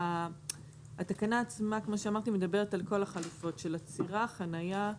התקנה עצמה מדברת על כל החלופות של עצירה, חניה,